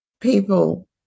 People